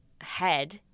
head